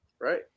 Right